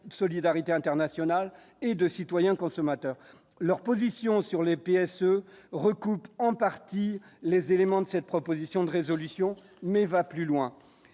d'une solidarité internationale et de citoyens consommateurs leur position sur les pièces recoupe en partie les éléments de cette proposition de résolution mais va plus loin